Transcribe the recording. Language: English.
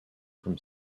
from